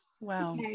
Wow